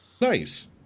Nice